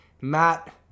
Matt